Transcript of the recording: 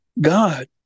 God